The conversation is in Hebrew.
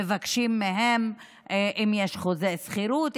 מבקשים מהם אם יש חוזה שכירות,